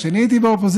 כשאני הייתי באופוזיציה,